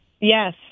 Yes